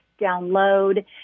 download